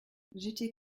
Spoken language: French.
j’étais